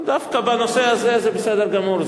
דווקא בנושא הזה זה בסדר גמור.